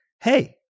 hey